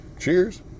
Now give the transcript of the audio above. Cheers